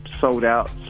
sold-out